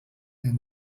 and